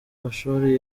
amashuli